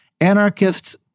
Anarchists